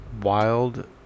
Wild